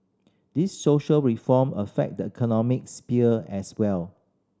these social reform affect the economic sphere as well